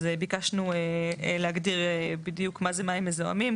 אז ביקשנו להגדיר בדיוק מה זה מים מזוהמים.